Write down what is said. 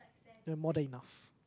you have more than enough